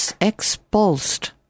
expulsed